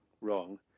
wrong